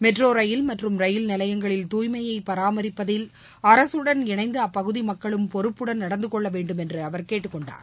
metro ரயில் மற்றும் ரயில் நிலையங்களில் தூய்மையை பராமரிப்பதில் அரசுடன் இணைந்து அப்பகுதி மக்களும் பொறுப்புடன் நடந்த கொள்ள வேண்டும் என்று அவர் கேட்டுக் கொண்டார்